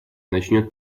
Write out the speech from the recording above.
начнет